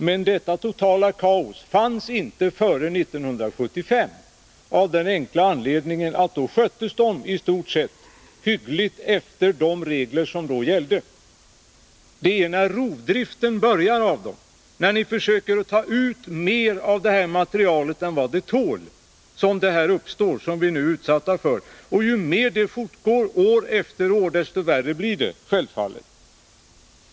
Men det totala kaos som nu råder fanns inte före 1975 av den enkla anledningen att vagnarna då i stort sett sköttes hyggligt efter de regler som gällde. Det är när rovdriften av dem börjar, när ni försöker att ta ut mer av denna materiel än den tål, som sådant som vi nu är utsatta för uppstår. Ju mer detta fortgår år efter år, desto värre blir det självfallet.